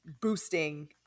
boosting